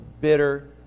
bitter